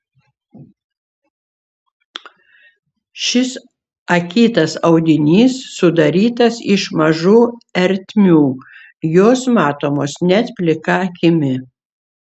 šis akytas audinys sudarytas iš mažų ertmių jos matomos net plika akimi